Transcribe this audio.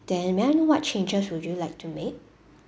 then may I know what changes would you like to mate